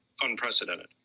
unprecedented